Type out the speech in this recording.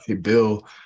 Bill